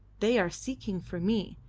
they are seeking for me.